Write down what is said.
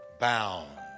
bound